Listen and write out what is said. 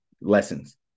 lessons